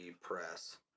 press